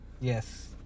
Yes